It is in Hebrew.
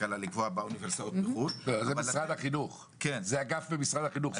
באוניברסיטאות בחו"ל -- זה אגף במשרד החינוך,